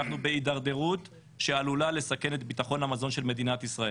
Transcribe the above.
אנחנו בהידרדרות שעלולה לסכן את ביטחון המזון של מדינת ישראל.